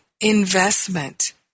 investment